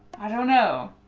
i don't know.